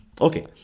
Okay